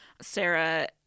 Sarah